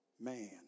man